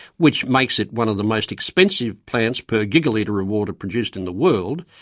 which makes it one of the most expensive plants per giga litre of water produced in the world,